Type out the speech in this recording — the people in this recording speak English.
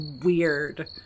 weird